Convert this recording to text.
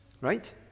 Right